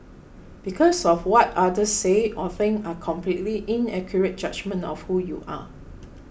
because of what others say or think are completely inaccurate judgement of who you are